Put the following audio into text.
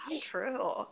true